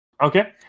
Okay